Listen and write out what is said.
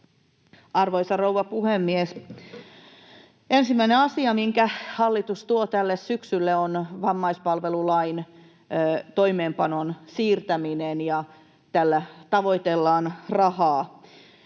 Arvoisa rouva puhemies! Ensimmäinen asia, minkä hallitus tuo tälle syksylle, on vammaispalvelulain toimeenpanon siirtäminen, ja tällä tavoitellaan rahaa.